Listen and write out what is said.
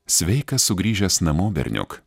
sveikas sugrįžęs namo berniuk